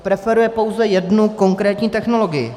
Preferuje pouze jednu konkrétní technologii.